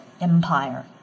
empire